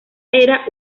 era